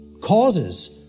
causes